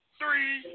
three